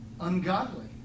Ungodly